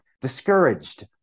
discouraged